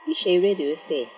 which area do you stay hmm okay yup